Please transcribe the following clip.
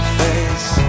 face